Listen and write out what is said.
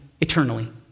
eternally